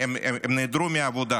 הם נעדרו מהעבודה